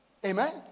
Amen